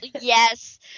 Yes